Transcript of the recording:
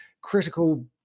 critical